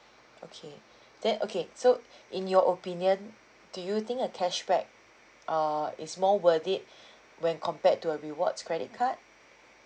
okay then okay so in your opinion do you think a cashback err is more worth it when compared to a rewards credit card